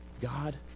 God